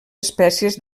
espècies